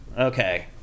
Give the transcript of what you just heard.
Okay